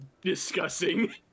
Discussing